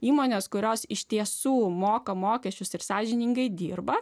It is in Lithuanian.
įmonės kurios iš tiesų moka mokesčius ir sąžiningai dirba